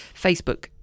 Facebook